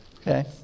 Okay